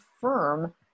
firm